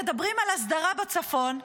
מדברים על הסדרה בצפון,